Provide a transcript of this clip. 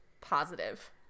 positive